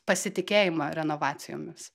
pasitikėjimą renovacijomis